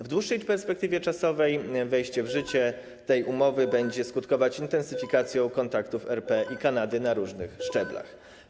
W dłuższej perspektywie czasowej wejście w życie tej umowy będzie skutkować intensyfikacją kontaktów RP i Kanady na różnych szczeblach.